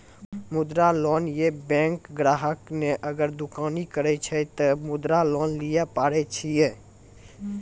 मुद्रा लोन ये बैंक ग्राहक ने अगर दुकानी करे छै ते मुद्रा लोन लिए पारे छेयै?